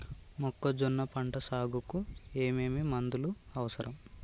మొక్కజొన్న పంట సాగుకు ఏమేమి మందులు అవసరం?